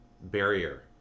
barrier